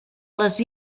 les